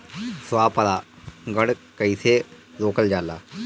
स्व परागण कइसे रोकल जाला?